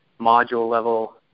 module-level